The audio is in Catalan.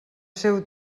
seu